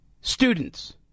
students